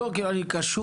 לא, כאילו, אני קשוב